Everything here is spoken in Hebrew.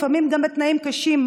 לפעמים גם בתנאים קשים,